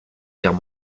guerre